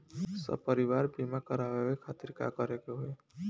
सपरिवार बीमा करवावे खातिर का करे के होई?